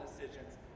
decisions